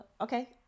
okay